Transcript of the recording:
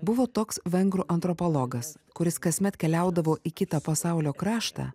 buvo toks vengrų antropologas kuris kasmet keliaudavo į kitą pasaulio kraštą